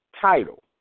title